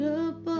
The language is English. up